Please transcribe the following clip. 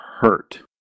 hurt